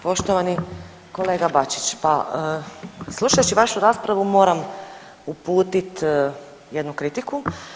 Poštovani kolega Bačić, pa slušajući vašu raspravu moram uputiti jednu kritiku.